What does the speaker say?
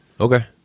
okay